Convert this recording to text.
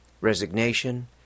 resignation